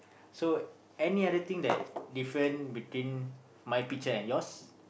so any other thing that different between my picture and yours